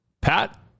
Pat